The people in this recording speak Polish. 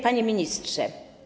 Panie Ministrze!